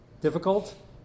difficult